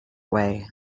way